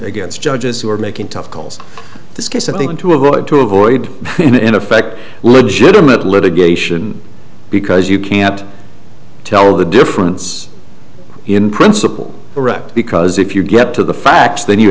against judges who are making tough calls this case something to avoid to avoid in effect legitimate litigation because you can't tell the difference in principle correct because if you get to the facts then you